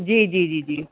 जी जी जी जी